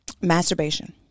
Masturbation